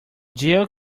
jill